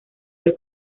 del